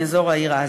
מאזור העיר עזה: